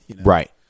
Right